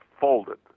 folded